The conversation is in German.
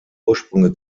ursprünge